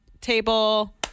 table